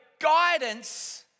guidance